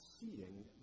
seeing